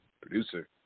producer